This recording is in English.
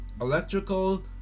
electrical